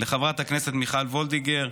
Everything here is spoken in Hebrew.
ולחברת הכנסת מיכל וולדיגר.